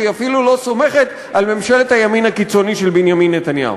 שהיא אפילו לא סומכת על ממשלת הימין הקיצוני של בנימין נתניהו.